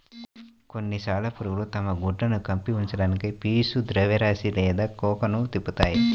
కొన్ని సాలెపురుగులు తమ గుడ్లను కప్పి ఉంచడానికి పీచు ద్రవ్యరాశి లేదా కోకన్ను తిప్పుతాయి